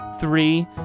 three